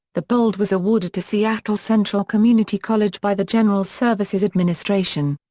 the bold was awarded to seattle central community college by the general services administration.